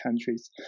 countries